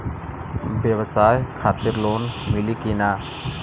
ब्यवसाय खातिर लोन मिली कि ना?